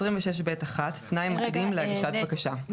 רגע נטע.